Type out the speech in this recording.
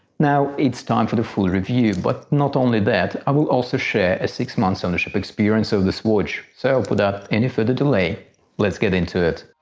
now it's time for the full review but not only that i will also share a six-month ownership experience of this watch. so without any further delay let's get into it!